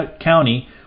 county